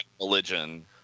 religion